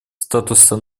статуса